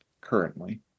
currently